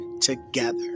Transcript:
together